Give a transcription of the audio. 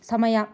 ಸಮಯ